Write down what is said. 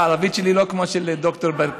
הערבית שלי היא לא כמו של ד"ר ברקו.